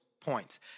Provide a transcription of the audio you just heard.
points